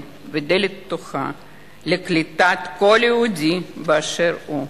ודלת פתוחה לקליטת כל יהודי באשר הוא.